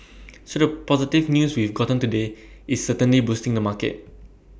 so the positive news we've gotten today is certainly boosting the market